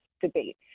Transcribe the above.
debate